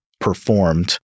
performed